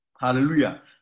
Hallelujah